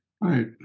Right